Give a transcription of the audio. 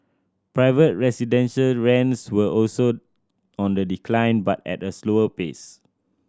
private residential rents were also on the decline but at a slower pace